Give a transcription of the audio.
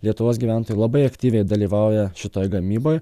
lietuvos gyventojai labai aktyviai dalyvauja šitoj gamyboj